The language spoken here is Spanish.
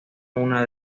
una